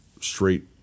straight